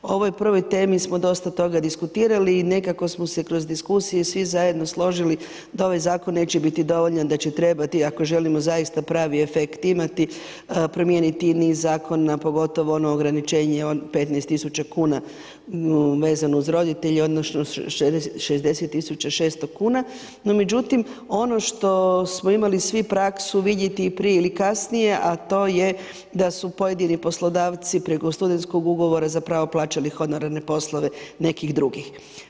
O ovoj prvoj temi smo dosta toga diskutirali i nekako smo se kroz diskusije svi zajedno složili da ovaj zakon neće biti dovoljan, da će trebati ako želimo zaista pravi efekt imati promijeniti niz zakona, pogotovo ono ograničenje od 15 000 kuna vezano uz roditelje, odnosno 60 600 kuna, no međutim ono što smo imali svi praksu vidjeti prije ili kasnije, a to je da su pojedini poslodavci preko stud.ugovora zapravo plaćali honorarne poslove nekih drugih.